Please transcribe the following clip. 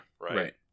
Right